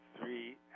three